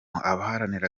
abaharanira